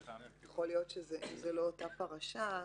יכול להיות שזה לא אותה פרשה.